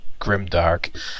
Grimdark